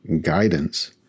guidance